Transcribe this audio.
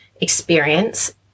experience